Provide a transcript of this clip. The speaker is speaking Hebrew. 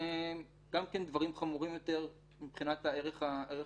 וגם דברים חמורים יותר מבחינת הערך